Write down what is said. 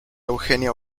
eugenia